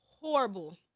horrible